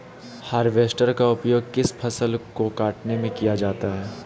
Harvester का उपयोग किस फसल को कटने में किया जाता है?